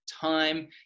time